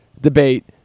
debate